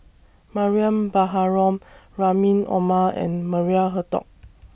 Mariam Baharom Rahim Omar and Maria Hertogh